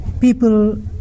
people